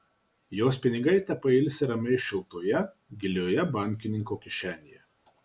jos pinigai tepailsi ramiai šiltoje gilioje bankininko kišenėje